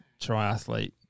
triathlete